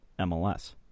MLS